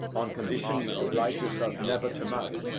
on condition you oblige yourself never to marry,